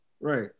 Right